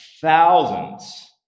thousands